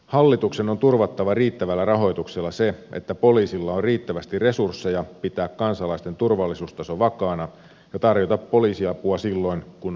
hallituksen on turvattava riittävällä rahoituksella se että poliisilla on riittävästi resursseja pitää kansalaisten turvallisuustaso vakaana ja tarjota poliisiapua silloin kun on sen paikka